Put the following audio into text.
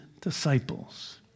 disciples